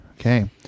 Okay